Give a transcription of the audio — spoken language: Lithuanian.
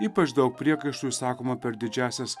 ypač daug priekaištų išsakoma per didžiąsias